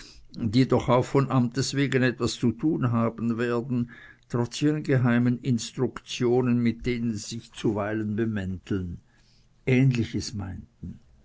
die doch auch von amtes wegen etwas zu tun haben werden trotz ihren geheimen instruktionen mit denen sie sich zuweilen bemänteln ähnliches meinten